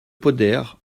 poder